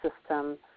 system